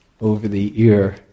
over-the-ear